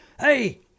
hey